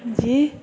जी